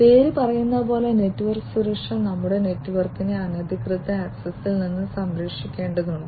പേര് പറയുന്നതുപോലെ നെറ്റ്വർക്ക് സുരക്ഷ നമ്മുടെ നെറ്റ്വർക്കിനെ അനധികൃത ആക്സസ്സിൽ നിന്ന് സംരക്ഷിക്കേണ്ടതുണ്ട്